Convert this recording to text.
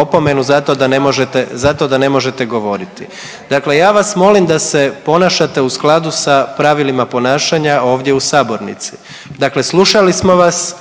opomenu zato da ne možete, zato da ne možete govoriti. Dakle ja vas molim da se ponašate u skladu sa pravilima ponašanja ovdje u sabornici. Dakle slušali smo vas,